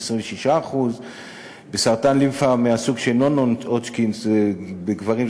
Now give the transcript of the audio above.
26%. בסרטן לימפה מסוג נון-הודג'קין בקרב גברים,